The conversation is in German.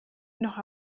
noch